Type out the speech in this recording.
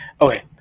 Okay